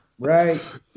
Right